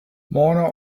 mono